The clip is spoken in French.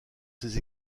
ses